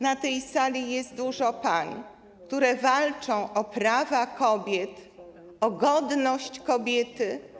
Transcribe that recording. Na tej sali jest dużo pań, które walczą o prawa kobiet, o godność kobiety.